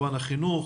כמובן החינוך,